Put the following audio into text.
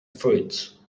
fruits